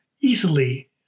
easily